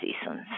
seasons